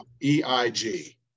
E-I-G